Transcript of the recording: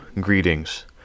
greetings